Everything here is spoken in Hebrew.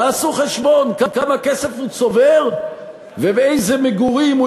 תעשו חשבון כמה כסף הוא צובר ואיזה מגורים הוא